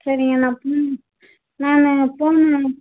சரிங்க நான் ஃபோன் நான் ஃபோனு பண்ணணும்